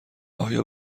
آیا